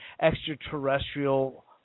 extraterrestrial